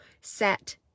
set